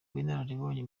w’inararibonye